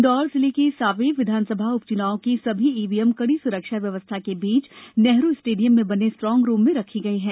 इंदौर जिले के सांवेर विधानसभा उपचुनाव की सभी ईवीएम कड़ी सुरक्षा व्यवस्था के बीच नेहरू स्टेडियम में बने स्ट्रांग रूम में रखी गई हैं